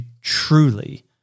truly